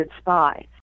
spy